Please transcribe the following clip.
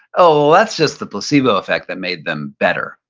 oh, well, that's just the placebo effect that made them better.